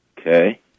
Okay